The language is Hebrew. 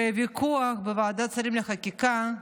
בוויכוח בוועדת שרים לחקיקה,